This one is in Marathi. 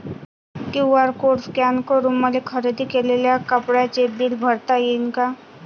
क्यू.आर कोड स्कॅन करून मले खरेदी केलेल्या कापडाचे बिल भरता यीन का?